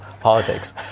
politics